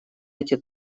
эти